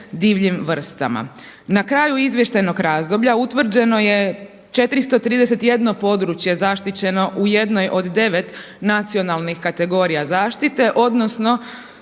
divljim vrstama. Na kraju izvještajnog razdoblja utvrđeno je 431 područje zaštićeno u jednoj od 9 nacionalnih kategorija zaštite odnosno